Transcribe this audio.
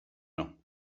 nhw